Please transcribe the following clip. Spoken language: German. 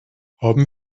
haben